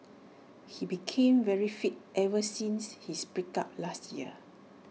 he became very fit ever since his break up last year